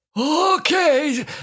Okay